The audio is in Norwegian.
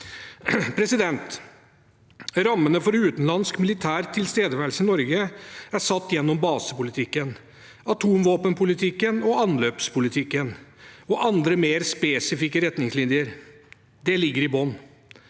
i Norge. Rammene for utenlandsk militær tilstedeværelse i Norge er satt gjennom basepolitikken, atomvåpenpolitikken, anløpspolitikken og andre mer spesifikke retningslinjer. Det ligger i bunnen.